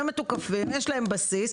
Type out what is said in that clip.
הם מתוקפים ויש להם בסיס.